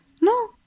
No